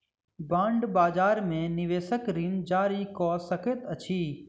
bond बजार में निवेशक ऋण जारी कअ सकैत अछि